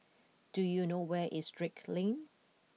do you know where is Drake Lane